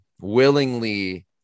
willingly